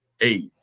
eight